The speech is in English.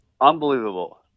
Unbelievable